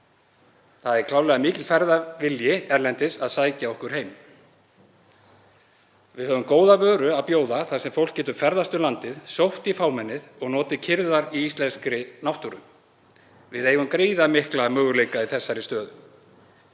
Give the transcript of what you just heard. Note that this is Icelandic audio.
Það er klárlega mikill ferðavilji erlendis og til að sækja okkur heim. Við höfum góða vöru að bjóða þar sem fólk getur ferðast um landið, sótt í fámennið og notið kyrrðar í íslenskri náttúru. Við eigum gríðarmikla möguleika í þessari stöðu.